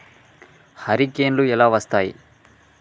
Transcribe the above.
హరికేన్లు ఎలా వస్తాయి?